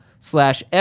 Slash